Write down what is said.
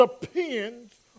depends